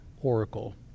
oracle